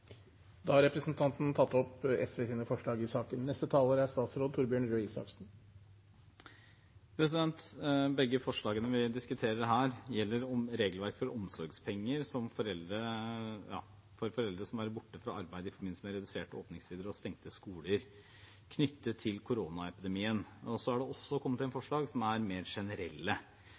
Begge forslagene vi diskuterer her, gjelder regelverket for omsorgspenger for foreldre som er borte fra arbeidet i forbindelse med reduserte åpningstider og stengte skoler knyttet til koronaepidemien. Så er det også kommet inn forslag som er mer generelle.